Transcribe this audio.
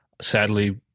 sadly